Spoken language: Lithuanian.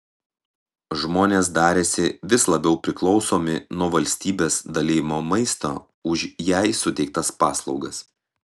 žmonės darėsi vis labiau priklausomi nuo valstybės dalijamo maisto už jai suteiktas paslaugas